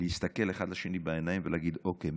להסתכל אחד לשני בעיניים ולהגיד: אוקיי,